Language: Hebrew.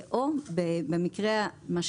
או במקרה המיטבי,